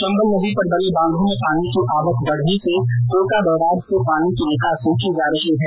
चम्बल नदी पर बने बांधों में पानी की आवक बढ़ने से कोटा बैराज से पानी की निकासी की जा रही है